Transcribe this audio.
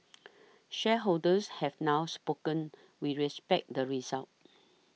shareholders have now spoken we respect the result